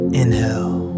inhale